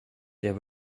there